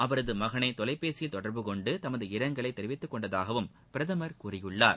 அவரது மகனை தொலைபேசியில் தொடர்பு கொண்டு தமது இரங்கலை தெரிவித்துக் கொண்டதாகவும் பிரதமர் கூறியுள்ளார்